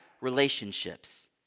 relationships